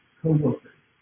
co-workers